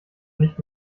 nicht